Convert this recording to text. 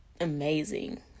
amazing